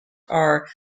are